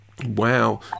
Wow